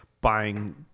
buying